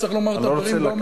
וצריך לומר את הדברים באומץ לב.